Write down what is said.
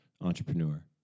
entrepreneur